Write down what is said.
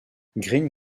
green